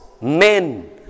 men